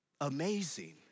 amazing